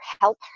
help